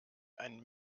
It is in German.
einen